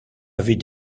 avait